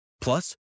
Plus